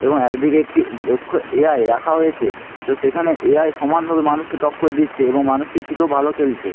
এবং একদিকে একটি দক্ষ এ আই রাখা হয়েছে সে সেখানে এ আই সমানভাবে মানুষকে টক্কর দিচ্ছে এবং মানুষটির থেকেও ভালো খেলছে